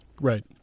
Right